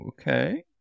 Okay